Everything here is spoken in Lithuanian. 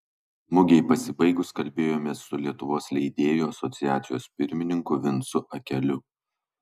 mugei pasibaigus kalbėjomės su lietuvos leidėjų asociacijos pirmininku vincu akeliu